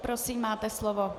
Prosím máte slovo.